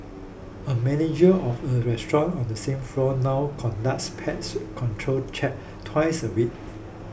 a manager of a restaurant on the same floor now conducts pest control checks twice a week